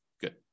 Good